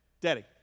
daddy